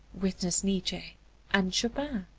witness nietzsche and chopin,